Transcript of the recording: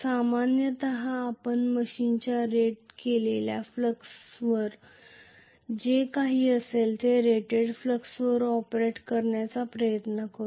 सामान्यत आपण मशीनच्या रेट केलेल्या फ्लक्सवर जे काही असेल ते रेटेड फ्लक्सवर ऑपरेट करण्याचा प्रयत्न करू